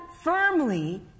firmly